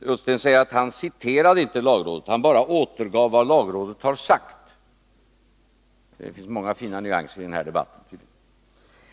Ullsten säger att han inte citerade lagrådet utan bara återgav vad lagrådet hade sagt. Det finns tydligen många fina nyanser i debatten.